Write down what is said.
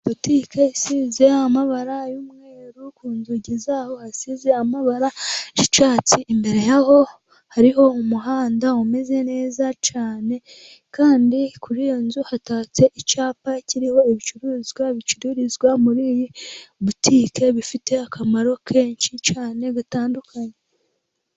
Butike isize amabara y'umweru, ku nzugi zayo hasize amabara y'icyatsi, imbere yayo hariho umuhanda umeze neza cyane, kandi kuri iyo nzu hatatse icyapa kiriho ibicuruzwa bicururizwa muri iyi butike, bifite akamaro kenshi cyane gatandukanye.